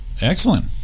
Excellent